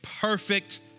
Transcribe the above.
perfect